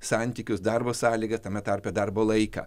santykius darbo sąlygas tame tarpe darbo laiką